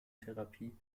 therapie